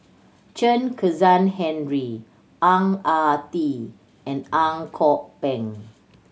Chen Kezhan Henri Ang Ah Tee and Ang Kok Peng